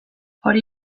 hori